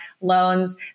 loans